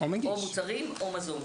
או מוצרים או מזון.